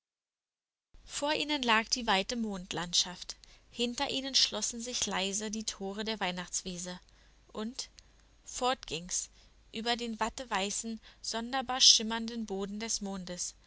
vor ihnen lag die weite mondlandschaft hinter ihnen schlossen sich leise die tore der weihnachtswiese und fort ging's über den watteweißen sonderbar schimmernden boden des mondes